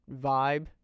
vibe